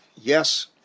Yes